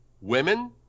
women